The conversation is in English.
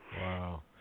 Wow